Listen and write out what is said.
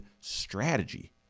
strategy